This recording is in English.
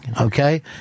okay